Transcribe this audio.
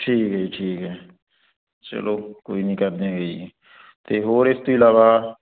ਠੀਕ ਹੈ ਜੀ ਠੀਕ ਹੈ ਚਲੋ ਕੋਈ ਨਹੀਂ ਕਰਦੇ ਹਾਂ ਜੀ ਅਤੇ ਹੋਰ ਇਸ ਤੋਂ ਇਲਾਵਾ